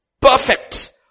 Perfect